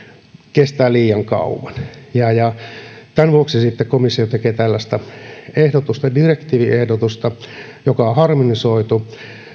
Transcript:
kestää liian kauan tämän vuoksi sitten komissio tekee tällaista direktiiviehdotusta joka on harmonisoitu